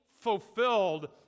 fulfilled